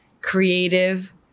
creative